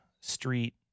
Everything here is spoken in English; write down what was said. street